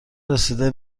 رسیده